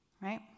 Right